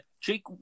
Jake